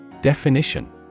Definition